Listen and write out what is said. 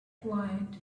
quiet